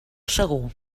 segur